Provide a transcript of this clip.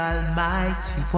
Almighty